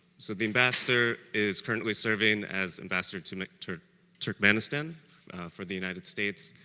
so the ambassador is currently serving as ambassador to to turkmenistan for the united states.